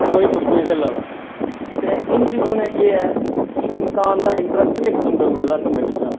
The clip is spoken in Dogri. ते कोई पब्जिआं खेला दा ते इन चीजों में केह् ऐ कि इन्सान दा इंट्रस्ट गै खत्म करी ओड़े दा कम्मै बिच